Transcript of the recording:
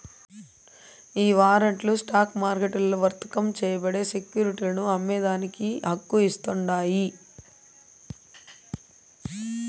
ఈ వారంట్లు స్టాక్ మార్కెట్లల్ల వర్తకం చేయబడే సెక్యురిటీలను అమ్మేదానికి హక్కు ఇస్తాండాయి